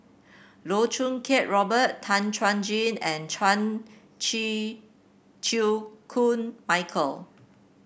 Loh Choo Kiat Robert Tan Chuan Jin and Chan Chew Koon Michael